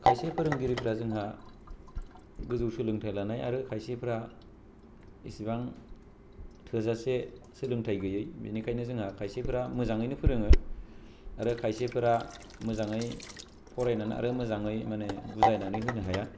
खायसे फोरोंगिरिफोरा जोंहा गोजौ सोलोंथाइ लानाय आरो खायसेफ्रा एसेबां थोजासे सोलोंथाइ गैयै बिनिखायनो जोंहा खायसेफोरा मोजाङैनो फोरोङो आरो खायसेफोरा मोजाङै फरायनानै आरो मोजाङै माने बुजायनानै होनो हाया